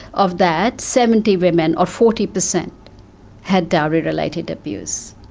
of that seventy women or forty percent had dowry related abuse.